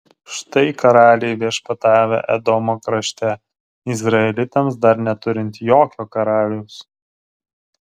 štai karaliai viešpatavę edomo krašte izraelitams dar neturint jokio karaliaus